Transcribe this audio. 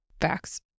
Facts